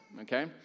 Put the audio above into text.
okay